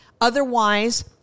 otherwise